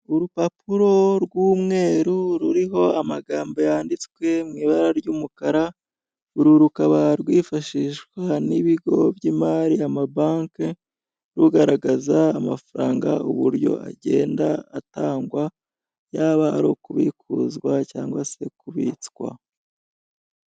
Urupapuro rw'umweru ruriho amagambo yanditswe mu ibara ry'umukara, uru rukaba rwifashishwa n'ibigo by'imari amabanki, rugaragaza amafaranga uburyo agenda atangwa yaba ari ukubikuzwa cyangwa se kubitswa.